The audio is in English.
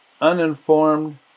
uninformed